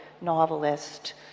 novelist